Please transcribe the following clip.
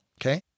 okay